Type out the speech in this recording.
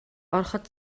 ороход